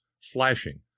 flashing